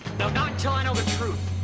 no not until i know the truth!